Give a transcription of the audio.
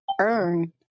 earn